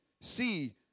see